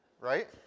right